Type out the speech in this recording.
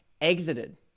exited